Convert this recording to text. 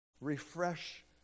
Refresh